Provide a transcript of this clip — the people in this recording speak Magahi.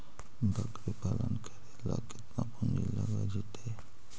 बकरी पालन करे ल केतना पुंजी लग जितै?